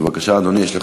בבקשה, אדוני.